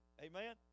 Amen